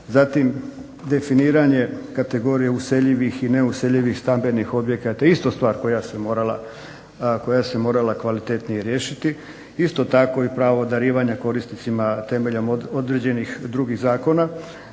Zatim definiranje kategorije useljivih i neuseljivih stambenih objekata, isto stvar koja se morala kvalitetnije riješiti. Isto tako pravo darivanja korisnicima temeljem drugih zakona